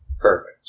Perfect